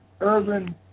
Urban